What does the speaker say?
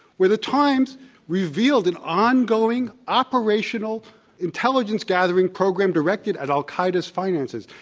where the times revealed an ongoing operational intelligence-gathering program directed at al-qaeda's finances.